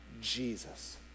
Jesus